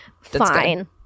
fine